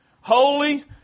holy